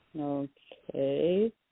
Okay